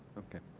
okay.